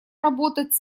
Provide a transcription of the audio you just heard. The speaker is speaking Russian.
работать